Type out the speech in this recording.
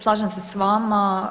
Slažem se s vama.